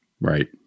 Right